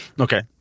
Okay